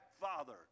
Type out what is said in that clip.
father